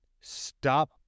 Stop